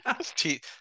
teeth